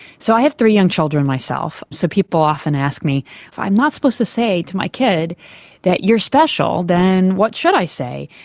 so i have three young children myself, so people often ask me, if i'm not supposed to say to my kid that you're special, then what should i say?